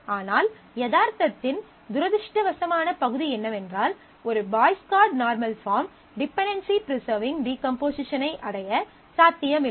ஆனால் யதார்த்தத்தின் துரதிர்ஷ்டவசமான பகுதி என்னவென்றால் ஒரு Boyce Codd normal form dependency preserving decomposition ஐ அடைய சாத்தியமில்லை